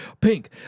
pink